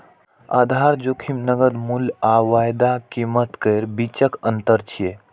आधार जोखिम नकद मूल्य आ वायदा कीमत केर बीचक अंतर छियै